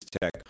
Tech